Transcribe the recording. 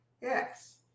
Yes